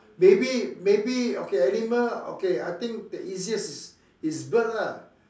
maybe maybe okay animal okay I think the easiest is is bird lah